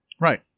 Right